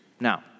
Now